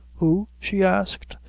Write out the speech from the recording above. who? she asked,